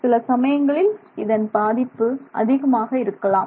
சில சமயங்களில் இதன் பாதிப்பு அதிகமாக இருக்கலாம்